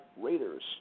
Raiders